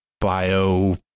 bio